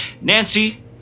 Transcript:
Nancy